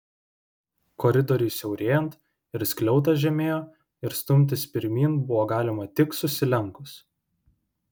koridoriui siaurėjant ir skliautas žemėjo ir stumtis pirmyn buvo galima tik susilenkus